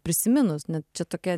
prisiminus na čia tokia